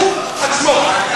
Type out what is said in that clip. הוא עצמו.